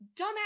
dumbass